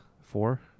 four